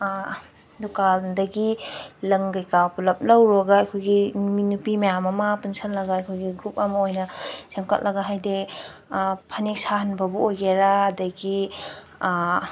ꯗꯨꯀꯥꯟꯗꯒꯤ ꯂꯪ ꯀꯩꯀꯥ ꯄꯨꯂꯞ ꯂꯧꯔꯨꯔꯒ ꯑꯩꯈꯣꯏꯒꯤ ꯅꯨꯄꯤ ꯃꯌꯥꯝ ꯑꯃ ꯄꯨꯟꯁꯤꯜꯂꯒ ꯑꯩꯈꯣꯏꯒꯤ ꯒ꯭ꯔꯨꯞ ꯑꯃ ꯑꯣꯏꯅ ꯁꯦꯝꯀꯠꯂꯒ ꯍꯥꯏꯗꯤ ꯐꯅꯦꯛ ꯁꯥꯍꯟꯕꯕꯨ ꯑꯣꯏꯒꯦꯔꯥ ꯑꯗꯨꯗꯒꯤ